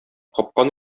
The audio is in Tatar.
капкан